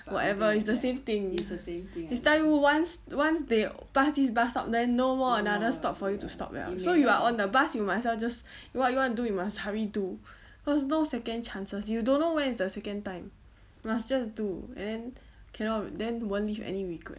whatever it's the same thing it's time once once they pass this bus stop then no more another stop for you to stop liao so you are on a bus you might as well just what you wanna do you must hurry do cause no second chances you don't know where is the second time must just do and cannot then won't leave any regret